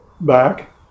back